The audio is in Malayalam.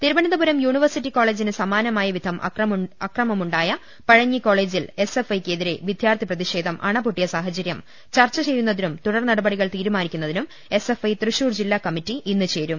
തിരുവനന്തപുരം യൂണിവേഴ്സിറ്റി കോള്ളേജിന് സമാനമായ വിധം അക്രമം ഉണ്ടായ പഴഞ്ഞി കോളേജിൽ എസ് എഫ്ഐ ക്ക് എതിരെ വിദ്യാർത്ഥി പ്രതിഷേധം അണപ്പൊട്ടിയ സാഹചര്യം ചർച്ച ചെയ്യുന്നതിനും തുടർനടപടികൾ തീരുമാനിക്കുന്നതിനും എസ്എഫ്ഐ തൃശൂർ ജില്ലാ കമ്മിറ്റി ഇന്ന് ചേരും